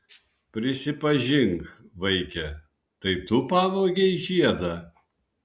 prisipažink vaike tai tu pavogei žiedą